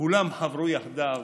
כולם חברו יחדיו